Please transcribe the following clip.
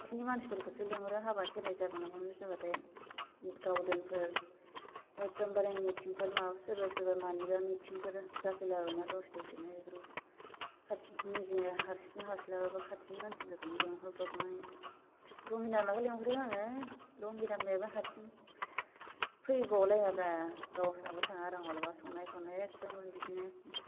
खाथिनि मानसिफोरखौसो लेंहरो हाबा खेराइ जाबा माबा माबि जाबाथाय गावदोनफोर एकदमबारे मिथिंफोर माबा सोरबा सोरबा मानिबा मिथिंफोर जाफैलाबायो ना दसे दसेनो बेफोराव खाथि निजिनो हारसिं हास्लाबाबा खाथिनि मानसिफोरखौनो लेंहरब्रबनानै रंगिना बिमाखौ लिंहरो आङो रंगिना बिमायाबो हारसिं फैबावलायाब्रा गावसिनावबो थाङा र' आं मालाबा संनाय खावनाय एकदम बिदिनो